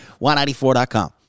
194.com